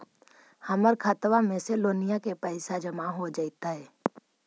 हमर खातबा में से लोनिया के पैसा जामा हो जैतय?